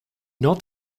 not